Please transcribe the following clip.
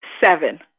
Seven